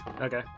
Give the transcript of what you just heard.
Okay